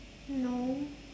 no